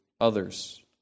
others